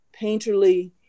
painterly